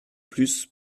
plus